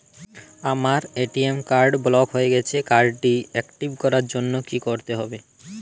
আমার ATM card block হয়ে গেছে কার্ড টি একটিভ করার জন্যে কি করতে হবে?